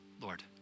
Lord